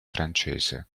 francese